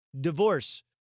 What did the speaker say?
Divorce